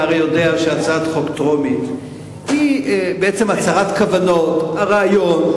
הרי אתה יודע שהצעת חוק טרומית היא בעצם הצהרת כוונות ורעיון.